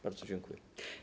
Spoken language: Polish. Bardzo dziękuję.